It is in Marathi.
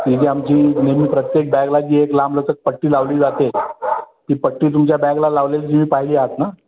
ती जी आमची नेहमी प्रत्येक बॅगला जी एक लांबलचक पट्टी लावली जाते ती पट्टी तुमच्या बॅगला लावलेली तुम्ही पाहिली आहात ना